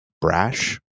brash